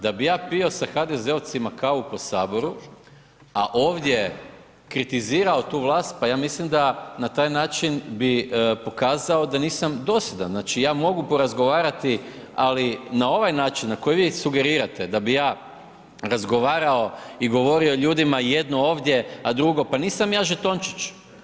Da bi ja pio sa HDZ-ovcima kavu po Saboru, a ovdje kritizirao tu vlast, pa ja mislim da na taj način bi pokazao da nisam dosljedan, znači, ja mogu porazgovarati, ali na ovaj način na koji vi sugerirate da bi ja razgovarao i govorio ljudima, jedno ovdje, a drugo, pa nisam ja žetončić.